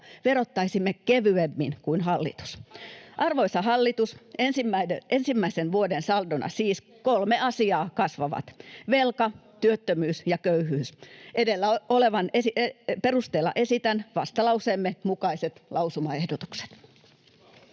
verottaisimme kevyemmin kuin hallitus. Arvoisa hallitus, ensimmäisen vuoden saldona siis kolme asiaa kasvaa: velka, työttömyys ja köyhyys. Edellä olevan perusteella esitän vastalauseemme mukaiset lausumaehdotukset.